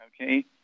okay